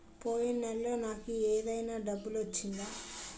పోయిన నెలలో నాకు ఏదైనా డబ్బు వచ్చిందా?